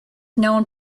known